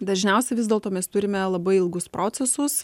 dažniausiai vis dėlto mes turime labai ilgus procesus